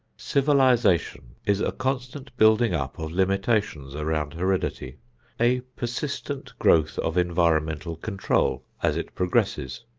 civilization is a constant building-up of limitations around heredity a persistent growth of environmental control as it progresses,